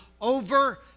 over